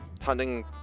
hunting